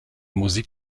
musik